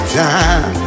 time